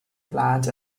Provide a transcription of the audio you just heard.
plant